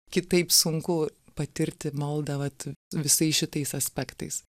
kitaip sunku patirti maldą vat visais šitais aspektais